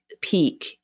peak